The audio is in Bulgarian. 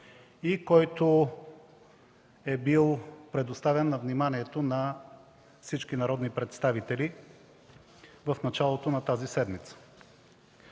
и който е бил предоставен на вниманието на всички народни представители в началото на тази седмица.